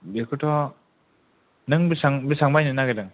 बेखौथ' नों बेसेबां बेसेबां बायनो नागिरदों